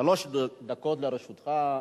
שלוש דקות לרשותך.